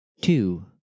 Two